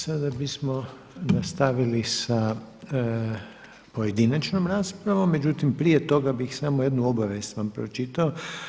Sada bismo nastavili sa pojedinačnom raspravom, međutim prije toga bih samo jednu obavijest vam pročitao.